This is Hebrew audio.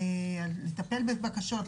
לטפל בבקשות,